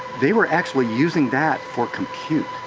they were actually using that for compute.